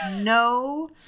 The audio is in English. No